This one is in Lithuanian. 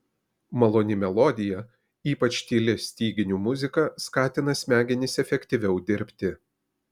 maloni melodija ypač tyli styginių muzika skatina smegenis efektyviau dirbti